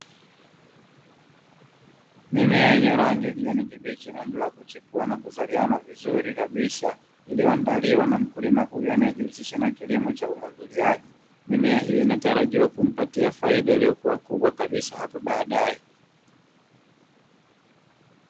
Mimea yenye rangi ya kijani kibichi inayoendelea kuchipua na kuzaliana vizuri kabisa, iliyoandaliwa na mkulima huyu anayejihusisha na kilimo cha umwagiliaji. Mimea hii inatarajiwa kumapatia faida iliyokubwa kabisa hapo baadae